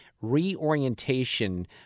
reorientation